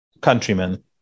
countrymen